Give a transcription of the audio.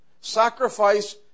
Sacrifice